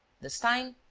this time,